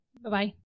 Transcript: Bye-bye